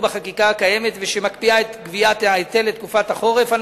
בחקיקה הקיימת ושמקפיאה את גביית ההיטל לתקופת החורף.